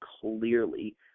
clearly